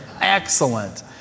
Excellent